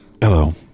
hello